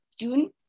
June